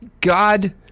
God